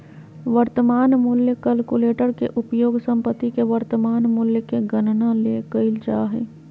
वर्तमान मूल्य कलकुलेटर के उपयोग संपत्ति के वर्तमान मूल्य के गणना ले कइल जा हइ